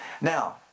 Now